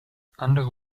andere